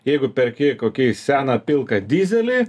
jeigu perki kokį seną pilką dyzelį